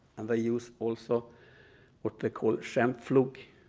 and they use also what they call scheimpflug